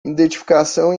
identificação